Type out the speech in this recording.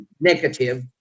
negative